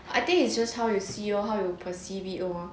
I think it's just how you see how you perceive it lor